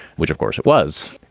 which, of course, it was.